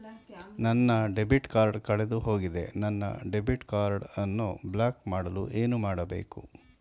ನನ್ನ debit card ಕಳೆದುಹೋಗಿದೆ ನನ್ನ ಡೆಬಿಟ್ ಕಾರ್ಡ್ ಅನ್ನು ಬ್ಲಾಕ್ ಮಾಡಲು ಏನು ಮಾಡಬೇಕು?